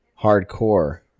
hardcore